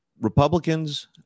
Republicans